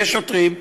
יש שוטרים.